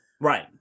Right